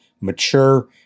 mature